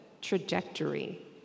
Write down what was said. trajectory